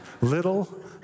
Little